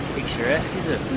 picturesque is it?